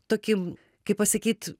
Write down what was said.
tokį kaip pasakyt